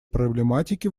проблематики